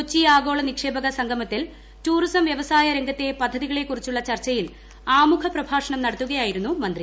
കൊച്ചി ആഗോള നിക്ഷേപക സംഗമത്തിൽ ടൂറിസം വ്യവസായ രംഗത്തെ പദ്ധതികളെകുറിച്ചുള്ള ചർച്ചയിൽ ആമുഖ പ്രഭാഷണം നടത്തുകയായിരുന്നു മന്ത്രി